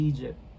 Egypt